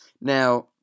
Now